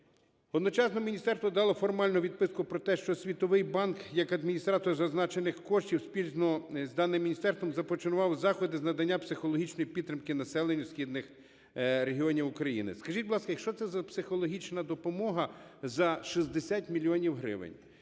Одночасно міністерство дало формальну відписку про те, що Світовий банк як адміністратор зазначених коштів спільно з даним міністерством започаткував заходи з надання психологічної підтримки населенню східних регіонів України. Скажіть, будь ласка, що це за психологічна допомога за 60 мільйонів